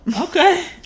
Okay